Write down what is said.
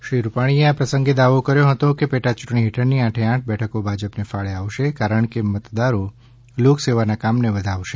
શ્રી રૂપાણીએ આ પ્રસંગે દાવો કર્યો હતો કે પેટા ચૂંટણી હેઠળની આઠે આઠ બેઠકો ભાજપને ફાળે આવશે કારણ કે મતદારો લોક સેવાના કામને વધાવશે